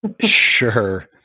Sure